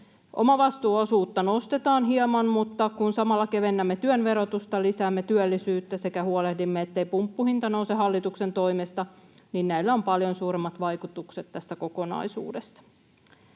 Omavastuuosuutta nostetaan hieman, mutta kun samalla kevennämme työn verotusta, lisäämme työllisyyttä sekä huolehdimme, ettei pumppuhinta nouse hallituksen toimesta, niin näillä on paljon suuremmat vaikutukset tässä kokonaisuudessa.